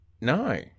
No